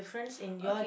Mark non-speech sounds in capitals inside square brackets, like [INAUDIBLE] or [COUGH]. [NOISE] okay